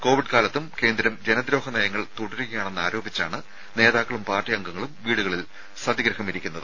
Covid കാലത്തും കേന്ദ്രം ജനദ്രോഹ നയങ്ങൾ തുടരുകയാണെന്നാരോപിച്ചാണ് നേതാക്കളും പാർട്ടി അംഗങ്ങളും വീടുകളിൽ സത്യഗ്രഹമിരിക്കുന്നത്